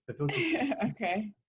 Okay